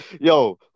yo